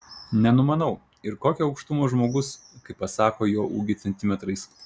nenumanau ir kokio aukštumo žmogus kai pasako jo ūgį centimetrais